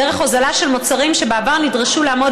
דרך הוזלה של מוצרים שבעבר נדרשו לעמוד